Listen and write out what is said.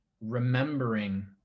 remembering